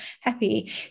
happy